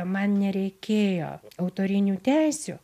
man nereikėjo autorinių teisių